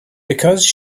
because